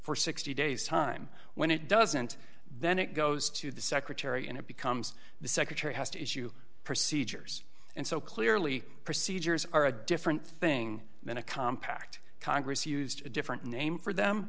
for sixty days time when it doesn't then it goes to the secretary and it becomes the secretary has to issue procedures and so clearly procedures are a different thing than a compact congress used a different name for them